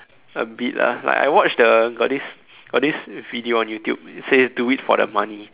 a bit lah like I watched the got this got this video on YouTube it says do it for the money